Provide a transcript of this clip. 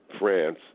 France